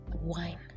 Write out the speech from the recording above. wine